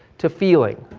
to feeling